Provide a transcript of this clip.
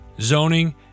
zoning